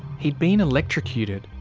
he'd been electrocuted.